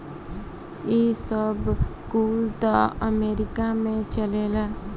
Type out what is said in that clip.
ई सब कुल त अमेरीका में चलेला